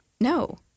No